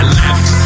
left